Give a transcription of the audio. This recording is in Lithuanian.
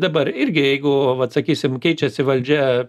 dabar irgi jeigu vat sakysim keičiasi valdžia